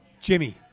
Jimmy